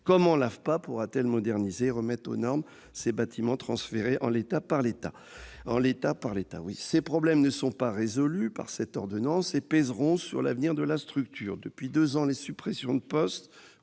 Comment l'AFPA pourra-t-elle moderniser et remettre aux normes les bâtiments que l'État lui transmet en l'état ? Ces problèmes ne sont pas résolus par cette ordonnance et pèseront sur l'avenir de la structure. Depuis deux ans, les suppressions de postes